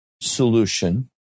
solution